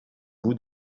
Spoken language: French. bout